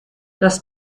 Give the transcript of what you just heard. das